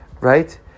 right